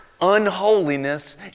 unholiness